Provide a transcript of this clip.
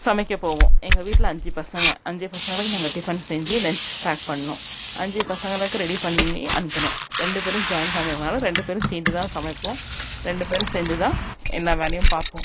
சமைக்கப் போவோம் எங்கள் வீட்டில் அஞ்சு பசங்கள் அஞ்சு பசங்களுக்கு நாங்கள் டிஃபன் செஞ்சு லன்ச் பேக் பண்ணணும் அஞ்சு பசங்களுக்கு ரெடி பண்ணி அனுப்பணும் ரெண்டு பேரும் ஜாய்ன்ட் ஃபேமிலினாலே ரெண்டு பேரும் சேர்ந்து தான் சமைப்போம் ரெண்டு பேரும் சேர்ந்து தான் எல்லா வேலையும் பார்ப்போம்